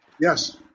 Yes